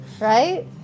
Right